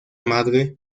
madre